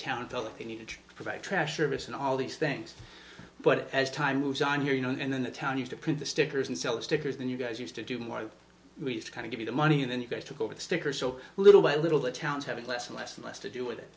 town felt the need to provide trash service and all these things but as time moves on here you know and then the town used to print the stickers and sell stickers and you guys used to do more i kind of give you the money and then you guys took over the sticker so little by little the town's having less and less and less to do with it